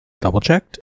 Double-checked